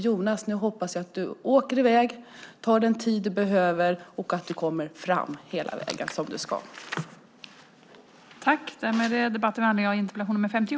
Jag hoppas du åker i väg, tar den tid du behöver och kommer fram hela vägen som du ska, Jonas!